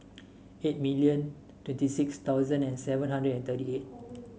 eight million twenty six thousand and seven hundred and thirty eight